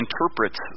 interprets